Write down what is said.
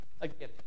Again